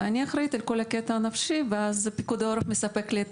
ואני אחראית על כל הקטע הנפשי ואז פיקוד העורף מספק לי את